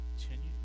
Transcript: continue